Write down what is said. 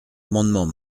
amendement